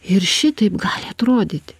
ir šitaip gali atrodyti